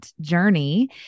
journey